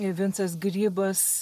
vincas grybas